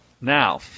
Now